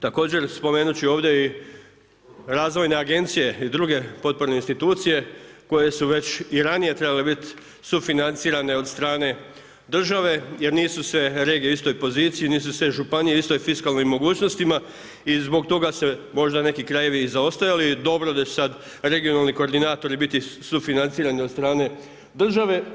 Također spomenut ću ovdje i razvojne agencije i druge potporne institucije koje su već i ranije trebale biti sufinancirane od strane države jer nisu sve regije u istoj poziciji, nisu sve županije u istim fiskalnim mogućnostima i zbog toga možda neki krajevi i zaostaju i dobro da će sada regionalni koordinatori biti sufinancirani od strane države.